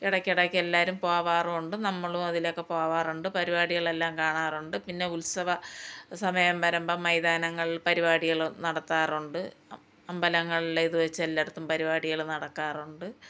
ഇടയ്ക്കിടയ്ക്ക് എല്ലാവരും പോവാറുമുണ്ട് നമ്മളും അതിലൊക്കെ പോവാറുണ്ട് പരിപാടികളെല്ലാം കാണാറുണ്ട് പിന്നെ ഉത്സവ സമയം വരുമ്പം മൈതാനങ്ങൾ പരിപാടികൾ നടത്താറുണ്ട് അമ്പലങ്ങളിൽ ഇതുവെച്ച് എല്ലായിടങ്ങളിലും പരിപാടികൾ നടക്കാറുണ്ട്